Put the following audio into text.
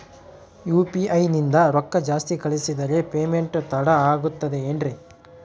UPI ನಿಂದ ರೊಕ್ಕ ಜಾಸ್ತಿ ಕಳಿಸಿದರೆ ಪೇಮೆಂಟ್ ತಡ ಆಗುತ್ತದೆ ಎನ್ರಿ?